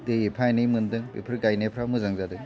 बे एफा एनै मोनदों बेफोर गायनायफ्रा मोजां जादों